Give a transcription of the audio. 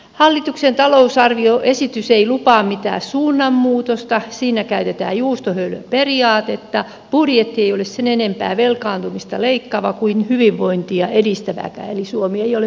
hallituksen talousarvioesitys ei lupaa mitään suunnanmuutosta siinä käytetään juustohöyläperiaatetta budjetti ei ole sen enempää velkaantumista leikkaava kuin hyvinvointia edistäväkään eli suomi ei ole mikään hyvinvointivaltio